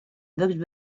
bugs